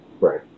right